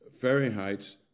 Fahrenheit